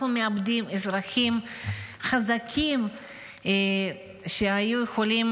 אנחנו מאבדים אזרחים חזקים שהיו יכולים